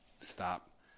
stop